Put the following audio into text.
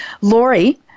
Lori